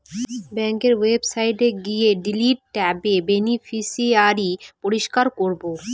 ব্যাঙ্কের ওয়েবসাইটে গিয়ে ডিলিট ট্যাবে বেনিফিশিয়ারি পরিষ্কার করাবো